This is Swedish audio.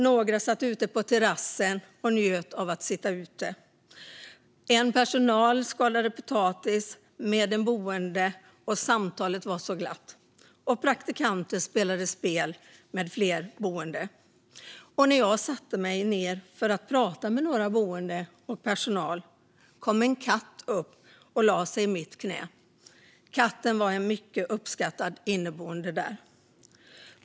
Några satt ute på terrassen och njöt av att sitta ute. En personal skalade potatis tillsammans med en boende, och samtalet var så glatt. Och praktikanter spelade spel med flera boende. När jag satte mig ned för att prata med några boende och personal kom en katt och lade sig i mitt knä. Katten var en mycket uppskattad inneboende där.